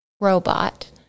robot